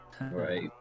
Right